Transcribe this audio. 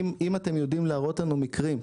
אם אתם יודעים להראות לנו מקרים,